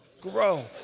grow